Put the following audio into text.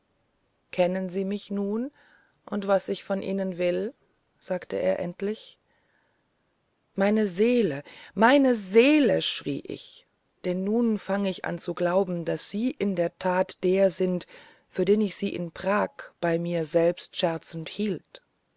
kennen sie mich nun und was ich von ihnen will sagte er endlich meine seele meine seele schrie ich denn nun fange ich an zu glauben daß sie in der tat der sind für den ich sie in prag bei mir selbst scherzend hielt